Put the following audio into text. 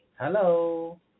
Hello